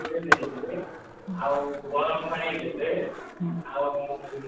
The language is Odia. ଆଉ ଗରମ ପାଣି ଦେବେ ଆଉ